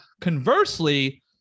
conversely